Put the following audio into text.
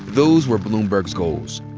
those were bloomberg's goals.